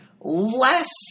less